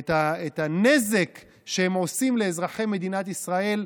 את הנזק שהם עושים לאזרחי מדינת ישראל,